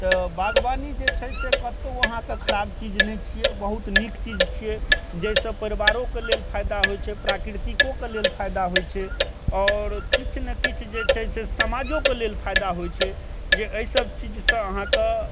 तऽ बागवानी जे छै से कतौ अहाँके खराब चीज नहि छियै बहुत नीक चीज छियै जैसँ परिवारोके लेल फायदा होइ छै प्राकृतिकोके लेल फायदा होइ छै आओर किछु ने किछु जे छै से समाजोके लेल फायदा होइ छै जे अइसब चीजसँ अहाँके